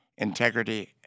integrity